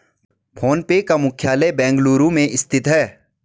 phone पे का मुख्यालय बेंगलुरु में स्थित है